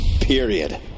Period